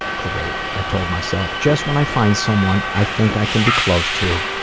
great. i told myself, just when i find someone i think i can be close to,